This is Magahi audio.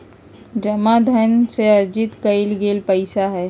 जमा धन से अर्जित कइल गेल पैसा हइ